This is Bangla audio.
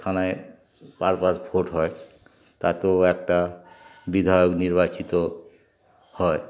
থানা পার্পাস ভোট হয় তাতেও একটা বিধায়ক নির্বাচিত হয়